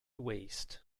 waste